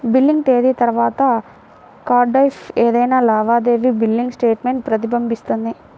billing తేదీ తర్వాత కార్డ్పై ఏదైనా లావాదేవీ బిల్లింగ్ స్టేట్మెంట్ ప్రతిబింబిస్తుంది